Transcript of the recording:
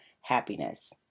happiness